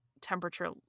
temperature